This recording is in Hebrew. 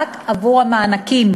רק עבור המענקים,